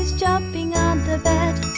jumping on the bed